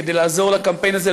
כדי לעזור בקמפיין הזה,